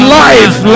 life